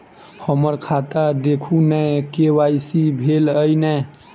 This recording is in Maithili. हम्मर खाता देखू नै के.वाई.सी भेल अई नै?